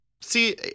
See